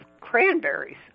cranberries